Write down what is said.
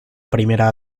primera